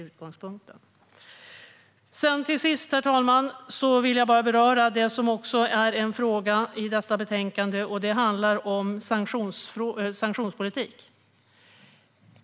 Utgångspunkten är att vi ska gå framåt, inte bakåt. Herr talman! Till sist vill jag bara beröra sanktionspolitik.